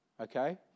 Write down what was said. okay